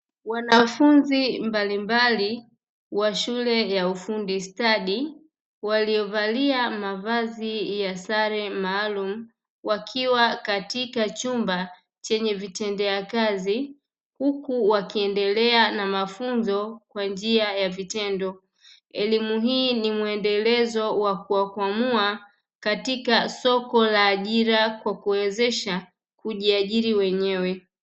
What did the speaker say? Wanafunzi mbalimbali wa shule ya ufundi stadi waliovalia mavazi ya sare maalumu wakiwa katika chumba chenye vitendea kazi, huku wakiendelea na mafunzo kwa njia ya vitendo, elimu hii ni muendelezo wa kuwa kwamua katika soko la ajira kwa kuwa wezesha kujiajiri wenyewe.